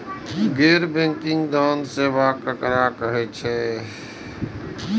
गैर बैंकिंग धान सेवा केकरा कहे छे?